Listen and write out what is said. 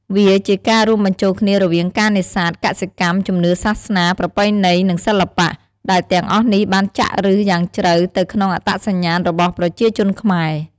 វាជាការរួមបញ្ចូលគ្នារវាងការនេសាទ កសិកម្ម ជំនឿសាសនា ប្រពៃណី និងសិល្បៈ ដែលទាំងអស់នេះបានចាក់ឫសយ៉ាងជ្រៅទៅក្នុងអត្តសញ្ញាណរបស់ប្រជាជនខ្មែរ។